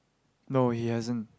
no he hasn't